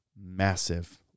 massive